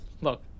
Look